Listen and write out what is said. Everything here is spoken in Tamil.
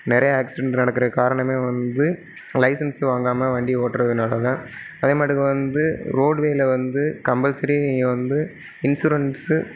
நிறையா ஆக்சிடென்ட் நடக்கிற காரணமே வந்து லைசன்ஸ் வாங்காமல் வண்டி ஓட்டுறதுனாலதான் அதேமாட்டுக்கு வந்து ரோடுவேயில் வந்து கம்பல்சரி நீங்கள் வந்து இன்சூரன்சு